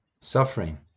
suffering